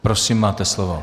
Prosím, máte slovo.